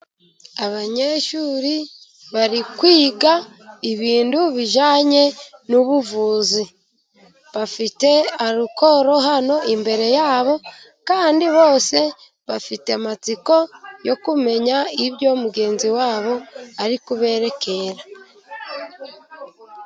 Abanyeshuri bari kwiga ibintu bijyanye n'ubuvuzi ,bafite alukoro hano imbere yabo, kandi bose bafite amatsiko yo kumenya ibyo mugenzi wabo ari kubereka.